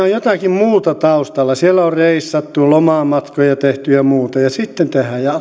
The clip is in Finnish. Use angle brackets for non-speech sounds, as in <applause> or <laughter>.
<unintelligible> on jotakin muuta taustalla siellä on reissattu lomamatkoja tehty ja muuta ja sitten